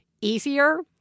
easier